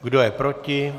Kdo je proti?